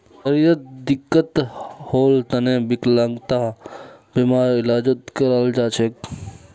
शरीरत दिक्कत होल तने विकलांगता बीमार इलाजो कराल जा छेक